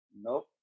nope